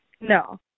no